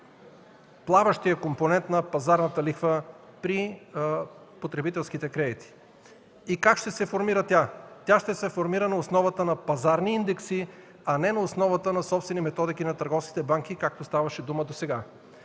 плаващият компонент на пазарната лихва при потребителските кредити. Как ще се формира тя? Тя ще се формира на основата на пазарни индекси, а не на основата на собствени методики на търговските банки, както ставаше дума досега.